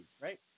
right